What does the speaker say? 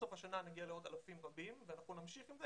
סוף השנה נגיע לעוד אלפים רבים ואנחנו נמשיך עם זה.